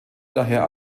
daher